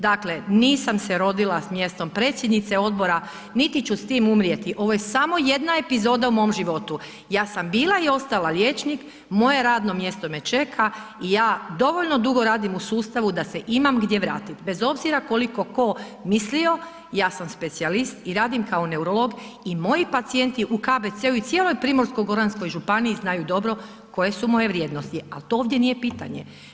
Dakle nisam se rodila sa mjesto predsjednice odbora niti ću s tim umrijeti, ovo je samo jedna epizoda u mom životu, ja sam bila i ostala liječnik, moje radno mjesto me čeka i ja dovoljno dugo radim u sustavu da se imam gdje vratiti bez obzira koliko mislio, ja sam specijalisti i radim kao neurolog i moji pacijenti u KBC-u i cijeloj Primorsko-goranskoj županiji znaju dobro koje su moje vrijednosti ali to ovdje nije pitanje.